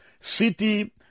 city